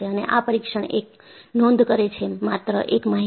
અને આ પરીક્ષણ એ નોંધ કરે છે માત્ર એક માહિતી